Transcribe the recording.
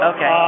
Okay